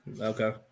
okay